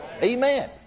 Amen